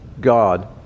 God